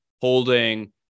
holding